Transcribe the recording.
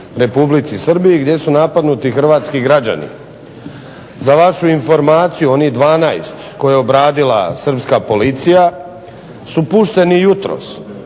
Republici Srbiji gdje su napadnuti hrvatski građani. Za vašu informaciju, onih 12 koje je obradila Srpska policija su pušteni jutros,